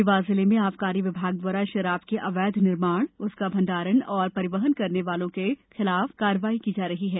देवास जिले में आबकारी विभाग द्वारा शराब के अवैध निर्माण उसका भण्डारण और परिवहन करने वालों के खिलाफ कार्यवाही की जा रही है